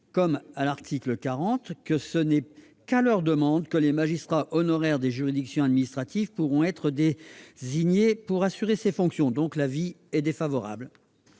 comme à l'article 40, que ce n'est qu'à leur demande que les magistrats honoraires des juridictions administratives pourront être désignés pour assurer ces fonctions. Par conséquent, l'avis est avis défavorable